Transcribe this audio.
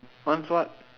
once what